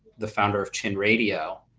the founder of chen radio,